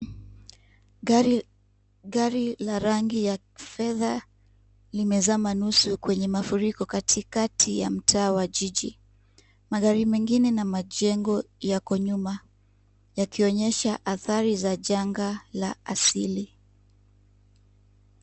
Gari la rangi ya fedha, limezama nusu kwenye mafuriko, katikati ya mtaa wa jiji. Magari mengine na majengo yako nyuma, yakionyesha athari za janga la asili.